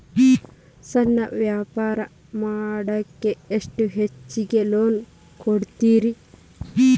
ಸಣ್ಣ ವ್ಯಾಪಾರ ಮಾಡ್ಲಿಕ್ಕೆ ಎಷ್ಟು ಹೆಚ್ಚಿಗಿ ಲೋನ್ ಕೊಡುತ್ತೇರಿ?